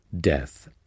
death